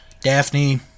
Daphne